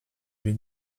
wird